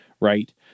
right